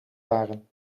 waren